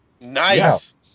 Nice